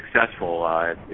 successful